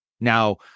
Now